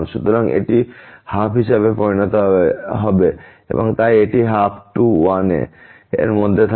সুতরাং এটি 12 হিসাবে পরিণত হবে তাই এটি 12 to a 1 এর মধ্যে থাকে